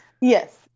Yes